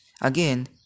Again